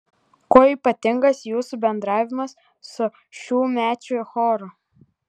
kuo ypatingas jūsų bendravimas su šiųmečiu choru